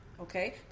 okay